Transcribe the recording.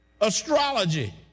astrology